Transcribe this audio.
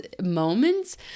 moments